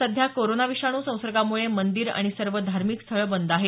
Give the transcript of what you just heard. सध्या कोरोना विषाणू संसर्गामुळे मंदिर आणि सर्व धार्मिक स्थळं बंद आहेत